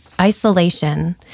isolation